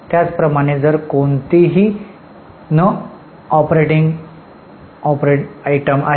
त्याचप्रमाणे जर कोणतीही न ऑपरेटिंग आयटम आहेत